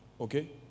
Okay